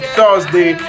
Thursday